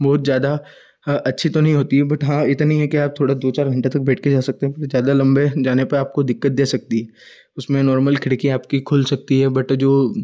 बहुत ज़्यादा अच्छी तो नहीं होती है बट हाँ इतनी है कि दो चार घंटे बैठ कर जा सकते हैं ज़्यादा लम्बे जाने पर आपको दिक्कत दे सकती है उसमें नॉर्मल खिड़कियाँ जो है खुल सकती हैं बट जो